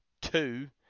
Two